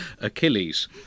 Achilles